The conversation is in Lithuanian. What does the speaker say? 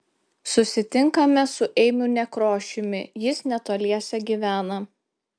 susitinkame su eimiu nekrošiumi jis netoliese gyvena